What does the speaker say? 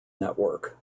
network